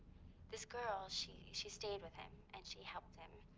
this girl she she stayed with him, and she helped him.